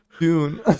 dune